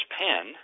pen